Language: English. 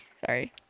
sorry